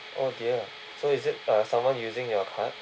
oh dear so is it uh someone using your card